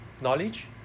knowledge